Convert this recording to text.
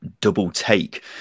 double-take